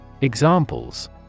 Examples